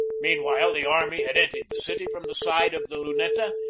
meanwhile, the army had entered the city from the side of the luneta,